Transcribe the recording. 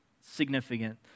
significant